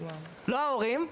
לא ההורים,